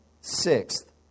sixth